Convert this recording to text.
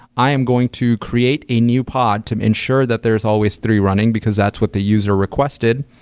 i am going to create a new pod to ensure that there is always three running, because that's what the user requested,